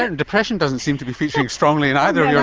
ah depression doesn't seem to be featuring strongly in either of your